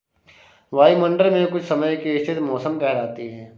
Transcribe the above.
वायुमंडल मे कुछ समय की स्थिति मौसम कहलाती है